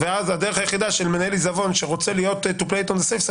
ואז הדרך היחידה של מנהל עיזבון שרוצה להיות על הצד הבטוח,